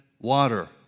water